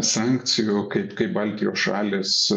sankcijų kaip kaip baltijos šalys